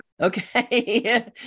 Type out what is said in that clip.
Okay